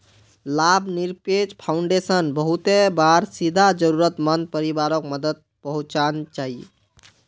लाभ निरपेक्ष फाउंडेशन बहुते बार सीधा ज़रुरत मंद परिवारोक मदद पहुन्चाहिये